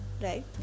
right